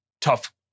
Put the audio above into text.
tough